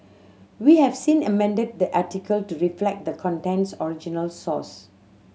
we have seen amended the article to reflect the content's original source